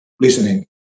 listening